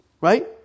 Right